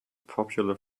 popular